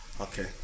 okay